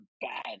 bad